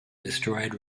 destroyed